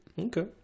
okay